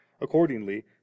accordingly